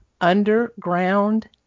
underground